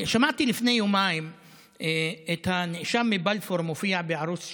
שמעתי לפני יומיים את הנאשם מבלפור מופיע בערוץ 2,